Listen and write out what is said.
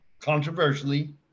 Controversially